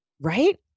Right